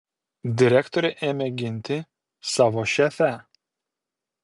direktorė ėmė ginti savo šefę